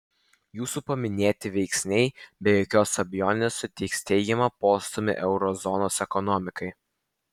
jūsų paminėti veiksniai be jokios abejonės suteiks teigiamą postūmį euro zonos ekonomikai